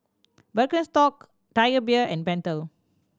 Birkenstock Tiger Beer and Pentel